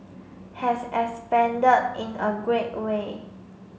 has expanded in a great way